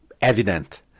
evident